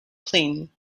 plane